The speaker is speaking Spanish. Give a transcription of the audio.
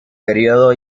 periodo